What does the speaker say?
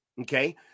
Okay